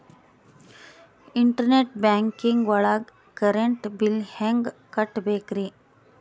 Internet banking ಒಳಗ್ current bill ಹೆಂಗ್ ಕಟ್ಟ್ ಬೇಕ್ರಿ?